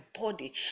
body